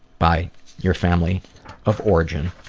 by your family of origin.